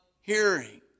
hearing